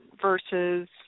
versus